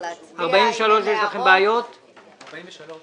אפשר להצביע גם על סעיף 43. יש לכם בעיות עם סעיף 43?